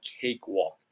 cakewalk